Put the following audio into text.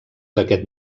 d’aquest